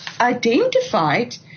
identified